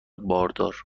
باردار